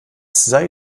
sei